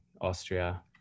Austria